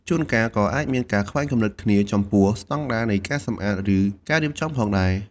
ជួនកាល ក៏អាចមានការខ្វែងគំនិតគ្នាចំពោះស្តង់ដារនៃការសម្អាត ឬការរៀបចំផងដែរ។